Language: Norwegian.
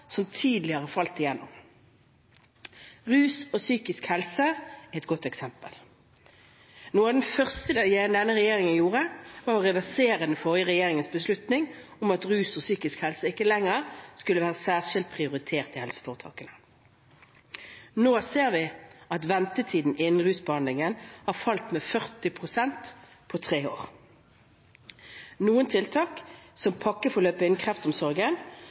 som tidligere falt igjennom. Rus og psykisk helse er et godt eksempel. Noe av det første denne regjeringen gjorde, var å reversere den forrige regjeringens beslutning om at behandling innen rus og psykisk helse ikke lenger skulle ha en særskilt prioritering i helseforetakene. Nå ser vi at ventetiden innen rusbehandling har falt med 40 pst. på tre år. Noen tiltak, som pakkeforløp innen kreftomsorgen,